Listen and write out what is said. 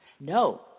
no